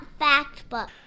Factbook